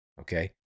Okay